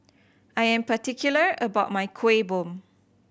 I am particular about my Kueh Bom